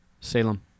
Salem